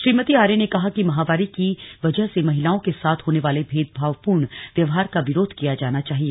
श्रीमती आर्य ने कहा कि माहवारी की वजह से महिलाओं के साथ होने वाले भेदभावपूर्ण व्यवहार का विरोध किया जाना चाहिए